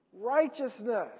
righteousness